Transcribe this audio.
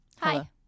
Hi